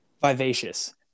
Vivacious